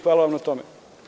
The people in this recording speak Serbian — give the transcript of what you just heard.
Hvala vam na tome.